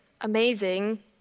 amazing